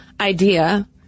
idea